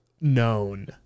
known